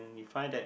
you find that